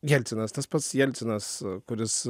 jelcinas tas pats jelcinas kuris